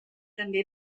també